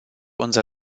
unser